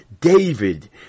David